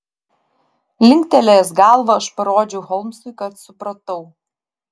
linktelėjęs galvą aš parodžiau holmsui kad supratau